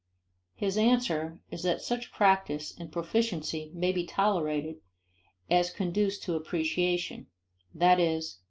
his answer is that such practice and proficiency may be tolerated as conduce to appreciation that is,